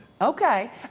Okay